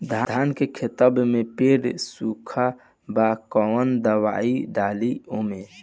धान के खेतवा मे पेड़ सुखत बा कवन दवाई डाली ओमे?